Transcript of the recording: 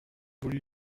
voulu